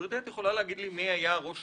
גברתי, את יכולה להגיד לי מי היה ראש